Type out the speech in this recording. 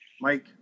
Mike